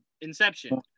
Inception